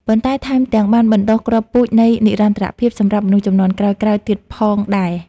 ប៉ុន្តែថែមទាំងបានបណ្ដុះគ្រាប់ពូជនៃនិរន្តរភាពសម្រាប់មនុស្សជំនាន់ក្រោយៗទៀតផងដែរ។